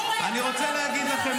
זה ההבדל.